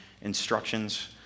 instructions